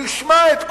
תשמע את כולם,